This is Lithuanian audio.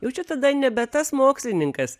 jau čia tada nebe tas mokslininkas